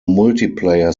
multiplayer